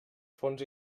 fonts